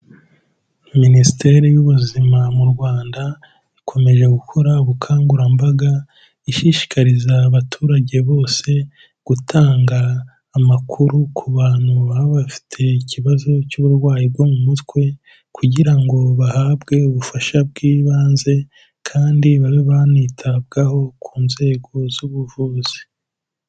Minisiteri y'Ubuzima mu Rwanda ikomeje gukora ubukangurambaga, ishishikariza abaturage bose gutanga amakuru ku bantu baba bafite ikibazo cy'uburwayi bwo mu mutwe kugira ngo bahabwe ubufasha bw'ibanze kandi babe banitabwaho ku nzego z'ubuvuzi.